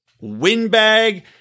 windbag